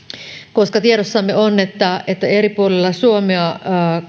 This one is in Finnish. koska tiedossamme on että että eri puolilla suomea